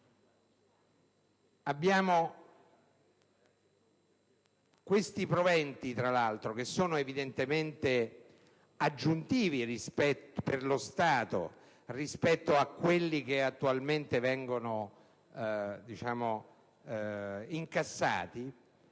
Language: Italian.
Questi proventi, che sono evidentemente aggiuntivi per lo Stato rispetto a quelli che attualmente vengono incassati,